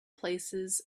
places